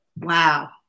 Wow